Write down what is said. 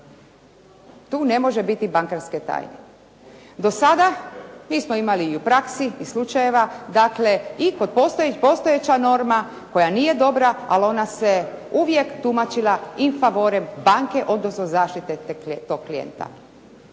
Tu ne može biti bankarske tajne. Do sada mi smo imali i u praksi slučajeva, dakle i kod postojeća norma koja nije dobra, ali se ona uvijek tumačila infavore banke, odnosno zaštite tog klijenta.